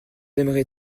aimerez